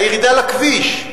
הירידה לכביש,